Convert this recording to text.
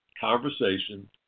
conversation